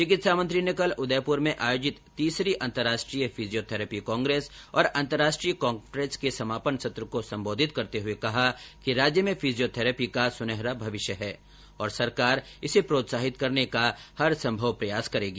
चिकित्सा मंत्री ने कल उदयपुर में आयोजित तीसरी अंतर्राष्ट्रीय फिजियोथैरपी कांग्रेस और अंतर्राष्ट्रीय कांफ्रेंस के समापन सत्र को संबोधित करते हुए कहा कि राज्य में फिजियोथैरेपी का सुनहरा भविष्य है और सरकार इसे प्रोत्साहित करने का हरसंभव प्रयास करेगी